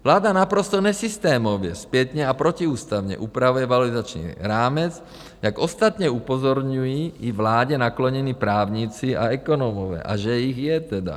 Vláda naprosto nesystémově, zpětně a protiústavně upravuje valorizační rámec, jak ostatně upozorňují i vládě naklonění právníci a ekonomové, a že jich je tedy.